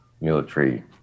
military